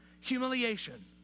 humiliation